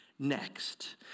Next